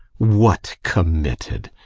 what committed!